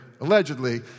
allegedly